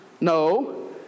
No